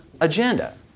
agenda